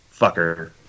fucker